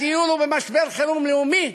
הדיון הוא במשבר חירום לאומי,